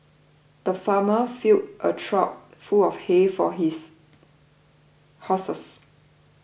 the farmer filled a trough full of hay for his horses